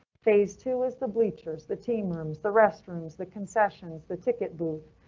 phase two is the bleachers, the team rooms, the restrooms, the concessions, the ticket booth,